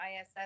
ISS